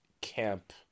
camp